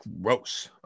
gross